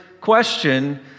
question